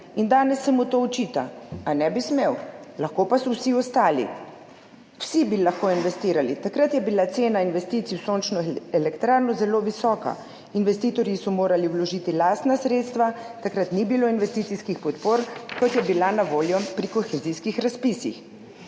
In danes se mu to očita. A ne bi smel. Lahko pa so vsi ostali. Vsi bi lahko investirali. Takrat je bila cena investicij v sončno elektrarno zelo visoka, investitorji so morali vložiti lastna sredstva, takrat ni bilo investicijskih podpor, kot je bila na voljo pri kohezijskih razpisih.